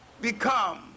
become